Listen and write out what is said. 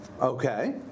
Okay